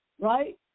right